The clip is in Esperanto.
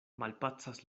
malpacas